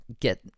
get